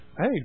Hey